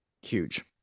Huge